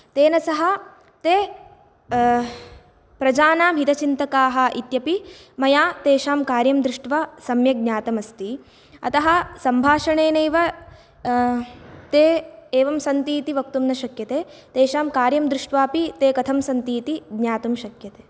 तेन सह ते प्रजानां हितचिन्तकाः इत्यपि मया तेषां कार्यं दृष्ट्वा सम्यक् ज्ञातमस्ति अतः सम्भाषणेनैव ते एवं सन्ति इति वक्तुं न शक्यते तेषां कार्यं दृष्ट्वा अपि कथं सन्ति इति ज्ञातुं शक्यते